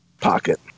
pocket